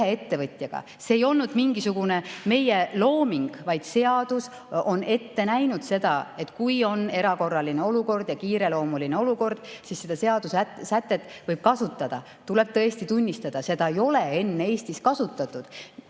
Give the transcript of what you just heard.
See ei olnud mingisugune meie looming. Seadus on ette näinud, et kui on erakorraline olukord, kiireloomuline olukord, siis seda seadusesätet võib kasutada. Tuleb tõesti tunnistada, et seda ei ole enne Eestis kasutatud.